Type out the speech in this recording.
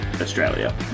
Australia